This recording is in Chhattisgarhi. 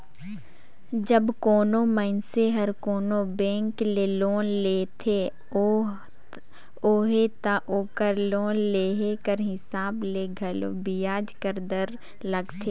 जब कोनो मइनसे हर कोनो बेंक ले लोन लेहत अहे ता ओकर लोन लेहे कर हिसाब ले घलो बियाज दर लगथे